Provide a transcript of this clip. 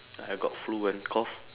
I got flu and cough